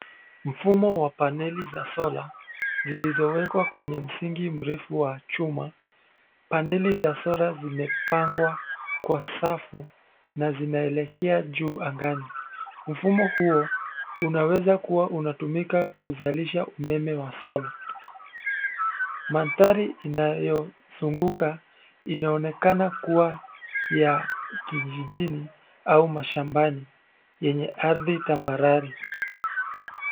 Mfumo wa paneli za sola zilizowekwa kwenye msingi mrefu wa chuma. Paneli za sola zimepangwa kwa safu na zinaelekea juu angani. Mfumo huo unaweza kua unatumika kuzalisha umeme wa sola. Mandhari inayozunguka inaonekana kua ya kijijini au mashambani yenye ardhi tambarare.